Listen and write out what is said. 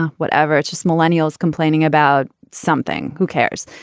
whatever. it's just millennials complaining about something. who cares?